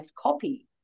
copy